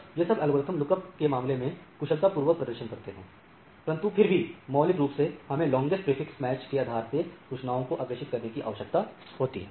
अतः यह सब एल्गोरिथ्म लुकअप के मामले में कुशलता पूर्वक प्रदर्शन करते हैं परंतु फिर भी मौलिक रूप से हमें लांगेस्ट प्रीफिक्स मैच के आधार पर सूचनाओं को आगे अग्रेषित करने की आवश्यकता होती है